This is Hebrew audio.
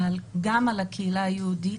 אבל גם על הקהילה היהודית,